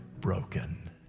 broken